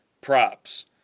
props